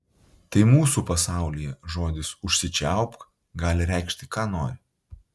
tai mūsų pasaulyje žodis užsičiaupk gali reikšti ką nori